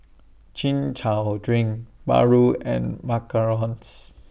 Chin Chow Drink Paru and Macarons